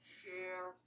share